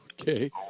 Okay